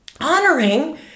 honoring